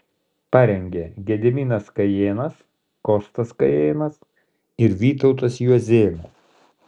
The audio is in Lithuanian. parengė gediminas kajėnas kostas kajėnas ir vytautas juozėnas